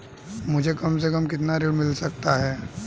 मुझे कम से कम कितना ऋण मिल सकता है?